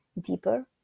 deeper